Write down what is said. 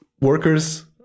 workers